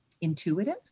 intuitive